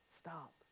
stop